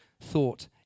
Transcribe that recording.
thought